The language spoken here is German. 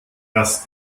dass